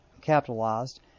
capitalized